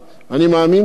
וגם מבין את זה.